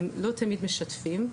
הם לא תמיד משתפים,